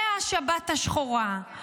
השבת השחורה,